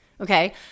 okay